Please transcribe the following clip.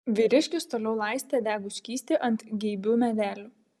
vyriškis toliau laistė degų skystį ant geibių medelių